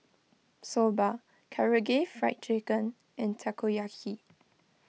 Soba Karaage Fried Chicken and Takoyaki